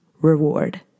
reward